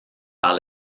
par